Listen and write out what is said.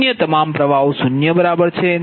અન્ય તમામ પ્રવાહો 0 બરાબર છે